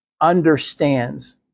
understands